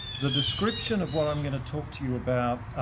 the description of what i'm going to talk to you about,